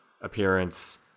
appearance